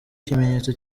kimenyetso